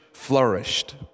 Flourished